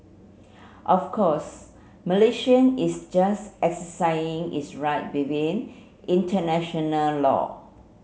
of course Malaysian is just exercising its right within international law